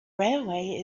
railway